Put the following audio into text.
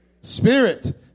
spirit